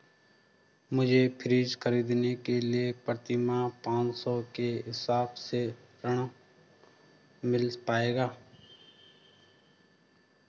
मुझे फ्रीज खरीदने के लिए प्रति माह पाँच सौ के हिसाब से ऋण मिल पाएगा?